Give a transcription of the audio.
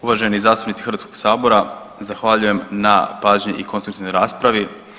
Uvaženi zastupnici Hrvatskog sabora, zahvaljujem na pažnji i konstruktivnoj raspravi.